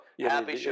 Happy